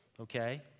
okay